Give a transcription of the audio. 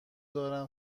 دارم